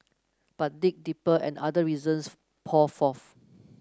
but dig deeper and other reasons pour forth